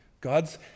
God's